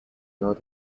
not